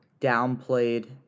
downplayed